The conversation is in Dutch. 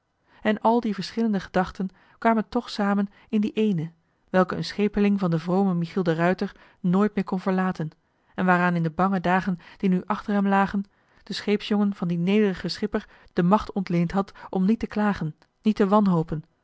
en al die verschillende gedachten kwamen toch samen in die ééne welke een schepeling van den vromen michiel de ruijter nooit meer kon verlaten en waaraan in de bange dagen die nu achter hem lagen de scheepsjongen van dien nederigen schipper de macht ontleend had om niet te klagen niet te wanhopen